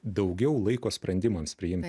daugiau laiko sprendimams priimti